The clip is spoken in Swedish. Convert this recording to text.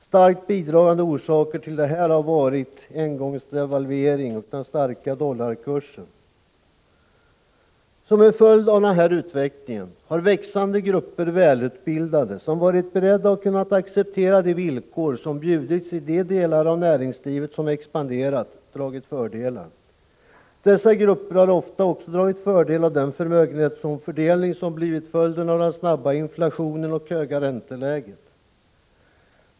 Starkt bidragande orsaker till detta har varit engångsdevalveringen och den starka dollarkursen. Av denna utveckling har växande grupper välutbildade, som varit beredda att och kunnat acceptera de villkor som bjudits i de delar av näringslivet som expanderat, dragit fördelar. Dessa grupper har ofta också dragit fördel av den förmögenhetsomfördelning som blivit följden av den snabba inflationen och det höga ränteläget.